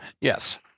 Yes